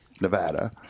Nevada